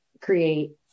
create